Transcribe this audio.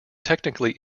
technically